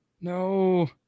No